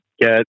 get